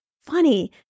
funny